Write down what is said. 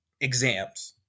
exams